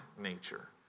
nature